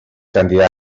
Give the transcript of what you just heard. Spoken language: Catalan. candidat